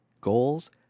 goals